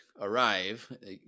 arrive